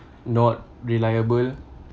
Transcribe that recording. not reliable